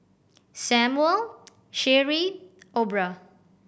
Samuel Cherie Aubra